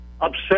upset